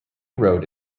road